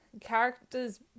Characters